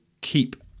keep